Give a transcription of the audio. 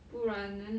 不然 then